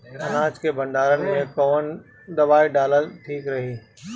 अनाज के भंडारन मैं कवन दवाई डालल ठीक रही?